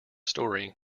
story